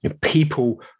People